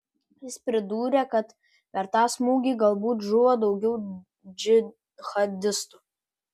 jis pridūrė kad per tą smūgį galbūt žuvo daugiau džihadistų